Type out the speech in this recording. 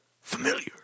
familiar